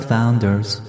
Founders